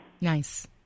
Nice